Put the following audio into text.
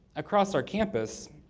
across our campus,